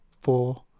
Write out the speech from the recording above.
four